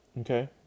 okay